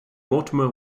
mortimer